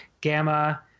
Gamma